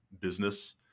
business